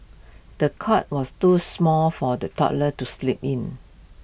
the cot was too small for the toddler to sleep in